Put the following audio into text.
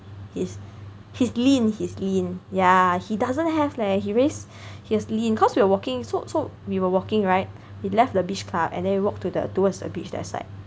he's he's lean he's lean yeah he doesn't have leh he raise he's lean cause we were walking so so we were walking right he left the beach club and then we walked to the towards the beach that side